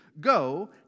Go